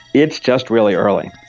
it's just really early.